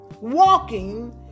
walking